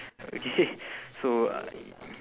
okay so I'm